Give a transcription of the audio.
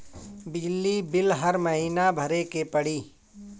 बिजली बिल हर महीना भरे के पड़ी?